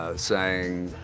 ah saying,